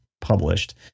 published